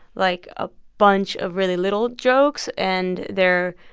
like, a bunch of really little jokes, and they're,